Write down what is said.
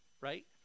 right